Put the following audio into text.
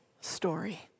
story